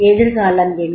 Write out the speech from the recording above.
எதிர்காலம் என்ன